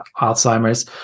Alzheimer's